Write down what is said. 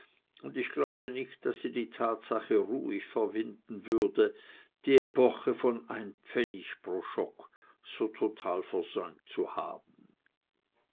und ich glaube nicht daß sie die tatsache ruhig verwinden würde die epoche von ein pfennig pro schock so total versäumt zu haben